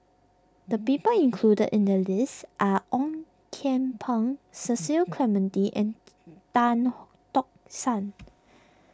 the people included in the list are Ong Kian Peng Cecil Clementi and Tan Tock San